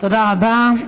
תודה רבה.